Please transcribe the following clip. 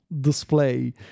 display